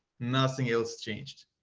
nothing else changed.